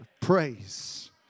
praise